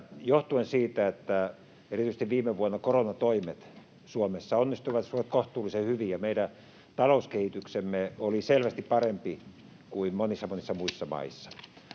johtuen siitä, että erityisesti viime vuonna koronatoimet Suomessa onnistuivat kohtuullisen hyvin, meidän talouskehityksemme oli selvästi parempi kuin monissa, monissa muissa